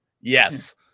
yes